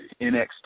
NXT